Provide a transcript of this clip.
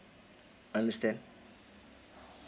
understand